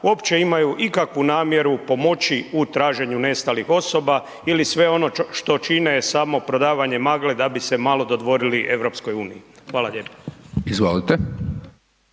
uopće imaju ikakvu namjeru pomoći u traženju nestalih osoba ili sve ono što čine je samo prodavanje magle da bi se malo dodvorili EU? Hvala lijepo.